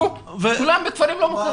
כולם בכפרים לא מוכרים.